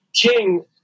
King